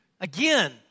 Again